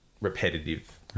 repetitive